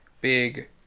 big